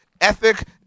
ethic